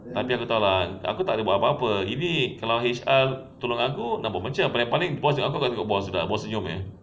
tapi aku tahu lah aku tak boleh buat apa-apa ini kalau H_R tolong aku nak buat macam mana pening pening boss tengok aku aku tengok boss sudah boss senyum jer